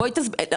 תסבירו לי את זה.